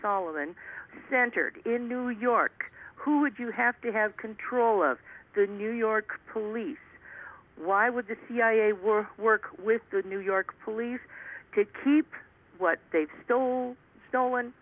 sullivan centered in new york who would you have to have control of the new york police why would the cia work work with the new york police to keep what they've stole stolen